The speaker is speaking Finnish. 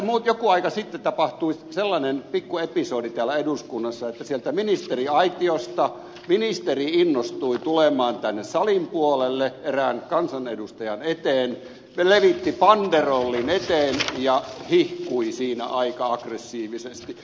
tässä joku aika sitten tapahtui sellainen pikkuepisodi täällä eduskunnassa että sieltä ministeriaitiosta ministeri innostui tulemaan tänne salin puolelle erään kansanedustajan eteen levitti banderollin ja hihkui siinä aika aggressiivisesti